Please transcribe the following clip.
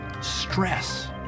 stress